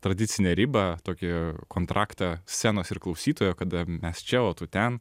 tradicinę ribą tokį kontraktą scenos ir klausytojo kada mes čia o tu ten